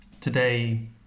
today